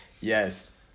yes